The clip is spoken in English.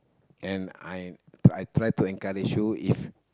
and I try to encourage you if